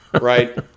Right